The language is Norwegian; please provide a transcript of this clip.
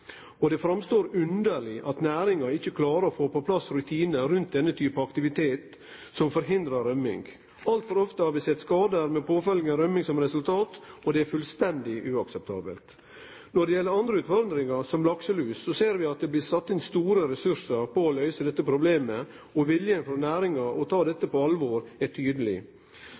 Det synest underleg at næringa ikkje klarer å få på plass rutinar rundt denne typen aktivitet som forhindrar røming. Altfor ofte har vi sett skadar, med påfølgjande røming, som resultat, og det er fullstendig uakseptabelt. Når det gjeld andre utfordringar, som lakselus, ser vi at det blir sett inn store ressursar på å løyse dette problemet, og viljen innan næringa til å ta dette på alvor er tydeleg.